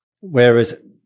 Whereas